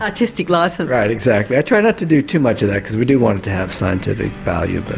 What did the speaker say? artistic licence. exactly, i try not to do too much of that because we do want it to have scientific value. but